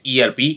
ERP